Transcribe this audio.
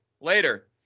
later